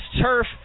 turf